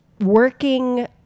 working